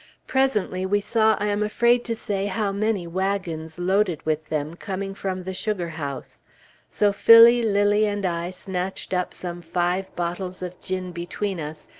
presently, we saw i am afraid to say how many wagons loaded with them, coming from the sugar-house so phillie, lilly, and i snatched up some five bottles of gin, between us,